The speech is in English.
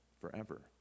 Forever